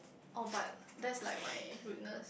orh but that's like my weakness